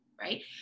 right